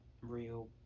real